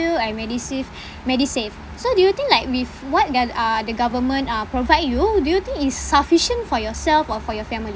~eld and MediSave MediSave so do you think like with what that uh the government uh provide you do you think it's sufficient for yourself or for your family